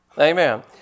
Amen